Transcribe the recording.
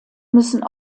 müssen